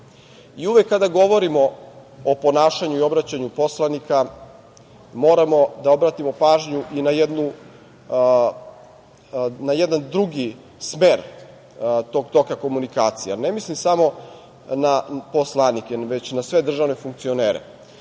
uvek kada govorimo o ponašanju i obraćanju poslanika, moramo da obratimo pažnju i na jedan drugi smer tog toka komunikacija. Ne mislim samo na poslanike, već na sve državne funkcionere. Ovih